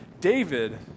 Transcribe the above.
David